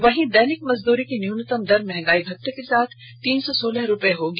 वहीं दैनिक मजदूरी की न्यूनतम दर महंगाई भत्ते के साथ तीन सौ सोलह रुपए होगी